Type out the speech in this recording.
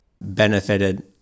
benefited